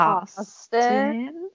Austin